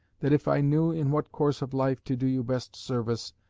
that if i knew in what course of life to do you best service,